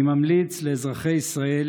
אני ממליץ לאזרחי ישראל